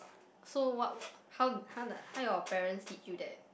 so what how how the how your parents teach you that